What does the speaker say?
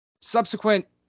subsequent